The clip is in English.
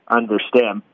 understand